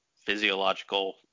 physiological